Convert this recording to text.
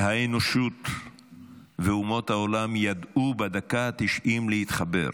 האנושות ואומות העולם ידעו בדקה ה-90 להתחבר.